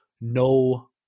no